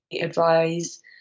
advise